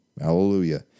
Hallelujah